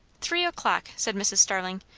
three o'clock! said mrs. starling.